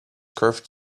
curved